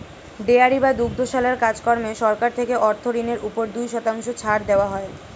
dairy বা দুগ্ধশালার কাজ কর্মে সরকার থেকে অর্থ ঋণের উপর দুই শতাংশ ছাড় দেওয়া হয়